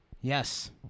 Yes